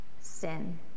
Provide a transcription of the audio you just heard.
sin